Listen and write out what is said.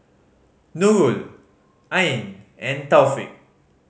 Nurul Ain and Taufik